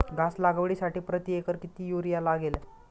घास लागवडीसाठी प्रति एकर किती युरिया लागेल?